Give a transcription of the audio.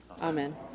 amen